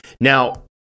Now